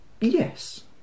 Yes